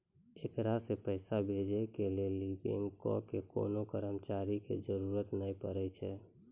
एकरा से पैसा भेजै के लेली बैंको के कोनो कर्मचारी के जरुरत नै पड़ै छै